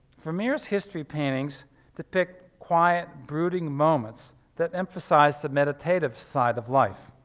vermeer's history paintings depict quiet, brooding moments that emphasized the meditative side of life.